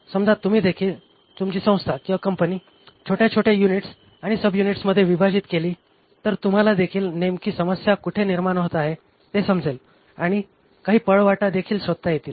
समजा तुम्हीदेखील तुमची संस्था छोट्या छोट्या युनिट्स आणि सबयुनिट्समध्ये विभाजित केली तर तुम्हालादेखील नेमकी समस्या कुठे निर्माण होत आहे ते समजेल आणि काही पळवाटादेखील शोधता येतील